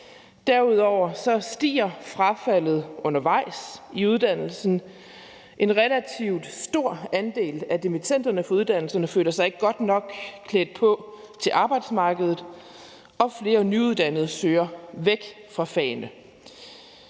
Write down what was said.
Derudover stiger frafaldet undervejs i uddannelsen. En relativt stor andel af dimittenderne fra uddannelserne føler sig ikke godt nok klædt på til arbejdsmarkedet, og flere nyuddannede søger væk fra fagene.